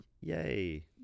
Yay